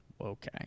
Okay